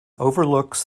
overlooks